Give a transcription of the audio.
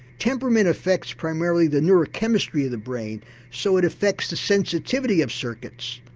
temperament affects primarily the neurochemistry of the brain so it affects the sensitivity of circuits,